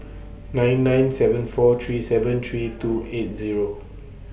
nine nine seven four three seven three two eight Zero